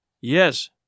Yes